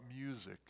music